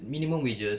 minimum wages